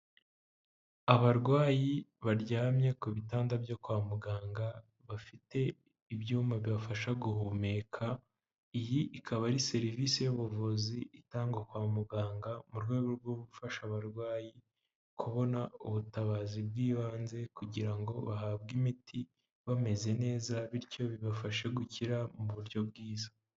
Abarwayi baryamye ku bitanda byo kwa muganga bafite ibyuma bibafasha guhumeka, iyi ikaba ari serivisi y'ubuvuzi itangwa kwa muganga mu rwego rwo gufasha abarwayi kubona ubutabazi bw'ibanze kugira ngo bahabwe imiti bameze neza bityo bibafashe gukira mu buryo bwiza.